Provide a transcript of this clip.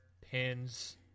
pins